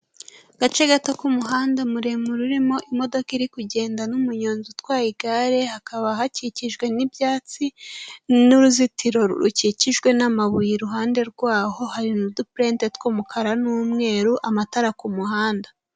Agace gato k'umuhanda muremure urimo imodoka iri kugenda n'umuyonzi utwaye igare, hakaba hakikijwe n'ibyatsi n'uruzitiro rukikijwe n'amabuye, iruhande rwaho hari n'udupurenti tw'umukara n'umweru, amatara ku muhanda.